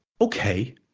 okay